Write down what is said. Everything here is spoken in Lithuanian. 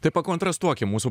tai pakontrastuokim mūsų